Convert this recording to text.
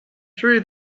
true